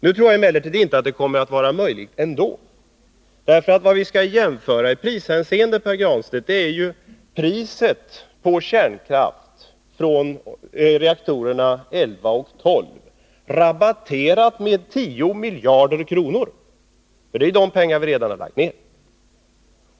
Nu tror jag emellertid inte att det kommer att vara möjligt ändå, för vad vi skall jämföra i prishänseende, Pär Granstedt, är priset på kärnkraft från reaktorerna 11 och 12 rabatterat med 10 miljarder kronor. Det är nämligen så mycket pengar som vi redan lagt ned.